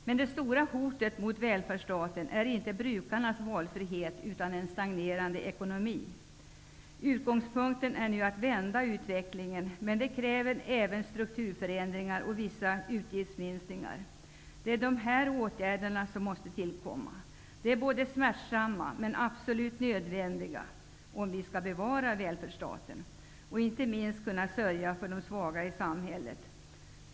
Men det stora hotet mot välfärdsstaten är inte brukarnas valfrihet utan en stagnerande ekonomi. Utgångspunkten är att vända utvecklingen. Men det kräver även strukturförändringar och vissa utgiftsminskningar. Det är dessa åtgärder som måste tillkomma. De är smärtsamma, men absolut nödvändiga, om vi skall bevara välfärdsstaten -- och inte minst kunna sörja för de svaga i samhället.